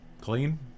Clean